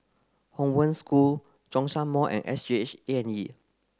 Hong Wen School Zhongshan Mall and S G H A and E